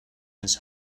his